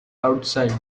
outside